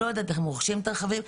לא אומר אם רוכשים את הרכבים.